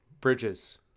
Bridges